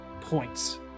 points